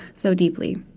so deeply